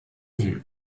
vue